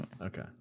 okay